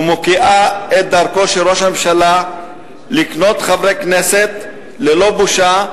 ומוקיעה את דרכו של ראש הממשלה לקנות חברי כנסת ללא בושה,